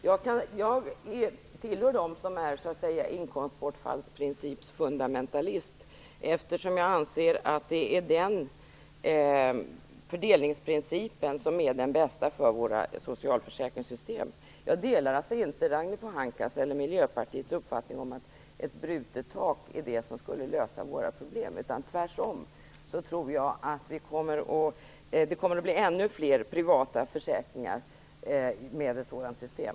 Jag tillhör dem som är inkomstbortfallsprincipfundamentalister, eftersom jag anser att den fördelningsprincipen är den bästa för våra socialförsäkringssystem. Jag delar alltså inte Ragnhild Pohankas och Miljöpartiets uppfattning att ett brutet tak skulle lösa våra problem. Tvärtom tror jag att det skulle bli ännu fler privata försäkringar med ett sådant system.